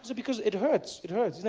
so because it hurts, it hurts.